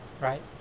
Right